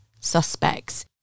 suspects